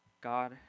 God